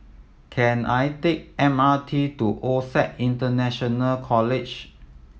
can I take M R T to OSAC International College